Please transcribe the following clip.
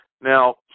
Now